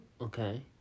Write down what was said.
Okay